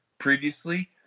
previously